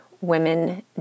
women